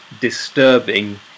disturbing